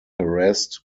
harassed